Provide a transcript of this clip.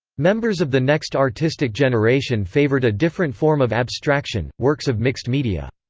members of the next artistic generation favored a different form of abstraction works of mixed media.